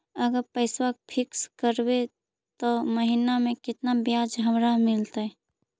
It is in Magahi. अगर पैसा फिक्स करबै त महिना मे केतना ब्याज हमरा मिलतै?